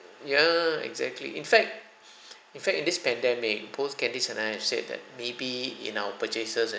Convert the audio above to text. ya exactly in fact in fact this pandemic both candace and I have said that maybe in our purchases and